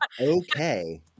Okay